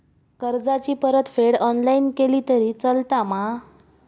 कर्जाची परतफेड ऑनलाइन केली तरी चलता मा?